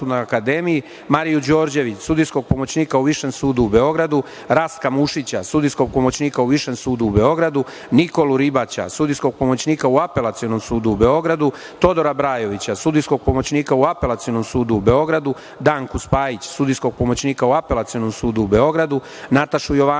Mariju Đorđević, sudijskog pomoćnika u Višem sudu u Beogradu, Rastka Mušića, sudijskog pomoćnika u Višem sudu u Beogradu, Nikolu Ribaća, sudijskog pomoćnika u Apelacionom sudu u Beogradu, Todora Brajovića, sudijskog pomoćnika u Apelacionom sudu u Begoradu, Danku Spajić, sudijskog pomoćnika u Apelacionom sudu u Beogradu, Natašu Jovanović,